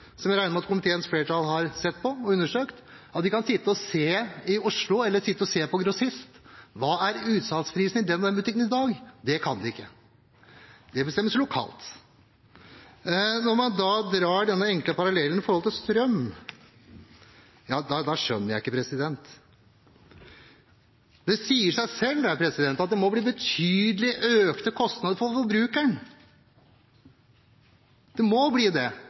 som jeg regner med at komiteens flertall har sett på og undersøkt – eller på grossistnivå hva som er utsalgsprisen i den og den butikken i dag. Det kan man ikke, for det bestemmes lokalt. Når man trekker denne enkle parallellen til strømportal, skjønner jeg det ikke. Det sier seg jo selv at det må bli betydelig økte kostnader for forbrukeren. Det må bli det.